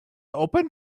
open